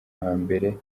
hambere